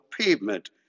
pavement